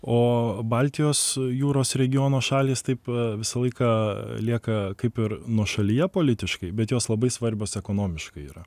o baltijos jūros regiono šalys taip visą laiką lieka kaip ir nuošalyje politiškai bet jos labai svarbios ekonomiškai yra